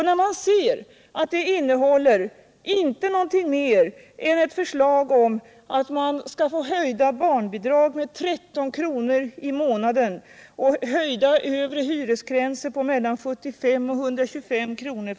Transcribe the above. När man ser att det inte innehåller någonting mer än ett förslag om att barnbidragen skall höjas med 13 kr. i månaden och att den övre hyresgränsen skall höjas med mellan 75 och 125 kr.